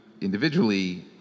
Individually